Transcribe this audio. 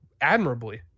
admirably